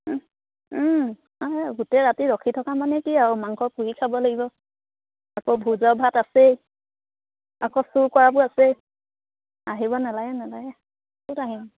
গোটেই ৰাতি ৰখি থকা মানে কি আৰু মাংস পুৰি খাব লাগিব আকৌ ভোজৰ ভাত আছেই আকৌ চুৰ কৰাবোৰ আছেই আহিব নেলাগে নেলাগে ক'ত আহিম